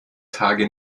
tage